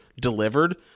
delivered